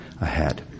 ahead